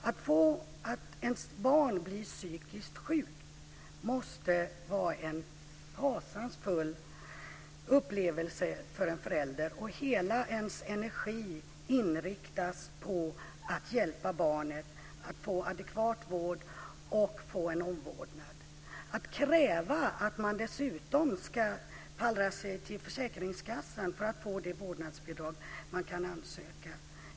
Att ett barn blir psykiskt sjukt måste vara en fasansfull upplevelse för en förälder. Hela ens energi inriktas på att hjälpa barnet att få adekvat vård och omvårdnad. Föräldrarna ska dessutom pallra sig till försäkringskassan för att få det vårdnadsbidrag som de kan ansöka om.